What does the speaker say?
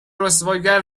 رسواگر